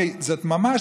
כי זה ממש,